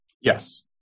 Yes